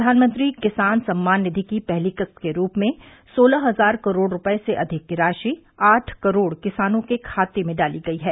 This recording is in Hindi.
प्रधानमंत्री किसान सम्मान निधि की पहली किस्त के रूप में सोलह हजार करोड़ रूपये से अधिक की राशि आठ करोड़ किसानों के खाते में डाली गई है